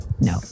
No